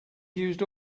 used